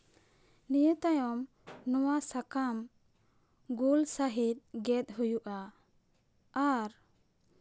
ᱱᱤᱭᱟᱹ ᱛᱟᱭᱚᱢ ᱱᱚᱣᱟ ᱥᱟᱠᱟᱢ ᱜᱳᱞ ᱥᱟᱺᱦᱤᱡ ᱜᱮᱛ ᱦᱩᱭᱩᱜᱼᱟ ᱟᱨ